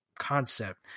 concept